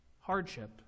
Hardship